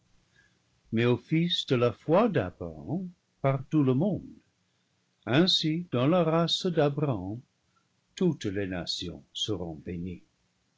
mais aux fils de la foi d'abraham par tout le monde ainsi dans la race d'abraham toutes les nations seront bénies